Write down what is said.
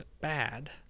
bad